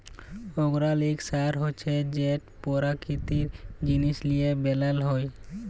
organic সার হছে যেট পেরাকিতিক জিনিস লিঁয়ে বেলাল হ্যয়